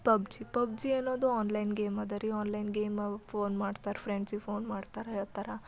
pub G PUBG ಅನ್ನೋದು online game ಅದರಿ online game ಅವು ಫೋನ್ ಮಾಡ್ತಾರೆ ಫ್ರೆಂಡ್ಸಿಗೆ ಫೋನ್ ಮಾಡ್ತಾರೆ ಹೇಳ್ತಾರೆ